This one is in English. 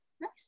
Nice